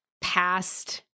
past